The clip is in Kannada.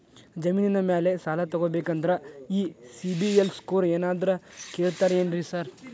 ಜಮೇನಿನ ಮ್ಯಾಲೆ ಸಾಲ ತಗಬೇಕಂದ್ರೆ ಈ ಸಿಬಿಲ್ ಸ್ಕೋರ್ ಏನಾದ್ರ ಕೇಳ್ತಾರ್ ಏನ್ರಿ ಸಾರ್?